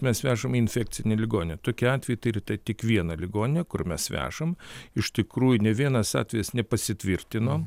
mes vežam į infekcinę ligoninę tokiu atveju tai tai tik vieną ligoninę kur mes vežam iš tikrųjų nė vienas atvejis nepasitvirtino